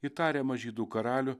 į tariamą žydų karalių